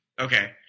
Okay